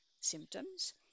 symptoms